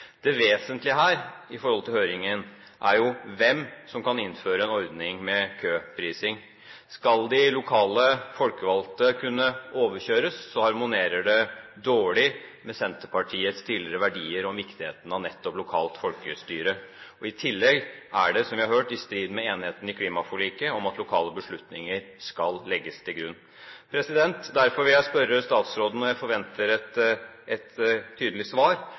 Det vesentlige her når det gjelder høringen, er jo hvem som kan innføre en ordning med køprising. Skal de lokale folkevalgte kunne overkjøres, harmonerer det dårlig med Senterpartiets tidligere verdier om viktigheten av nettopp lokalt folkestyre. I tillegg er det, som vi har hørt, i strid med enigheten i klimaforliket om at lokale beslutninger skal legges til grunn. Derfor vil jeg spørre statsråden, og jeg forventer et tydelig svar: